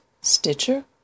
Stitcher